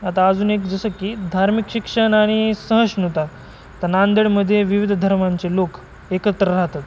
आता अजून एक जसं की धार्मिक शिक्षण आणि सहिष्णुता आता नांदेडमध्ये विविध धर्मांचे लोक एकत्र राहतात